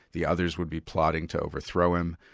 the others would be plotting to overthrow him.